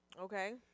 Okay